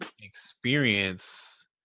experience